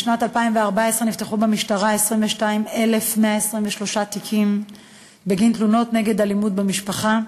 בשנת 2014 נפתחו במשטרה 22,123 תיקים בגין תלונות על אלימות במשפחה,